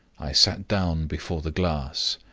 i sat down before the glass,